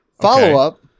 follow-up